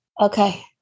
Okay